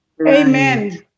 Amen